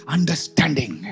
Understanding